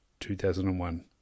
2001